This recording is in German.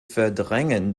verdrängen